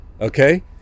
okay